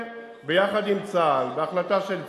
ביחד עם צה"ל, בהחלטה של צה"ל,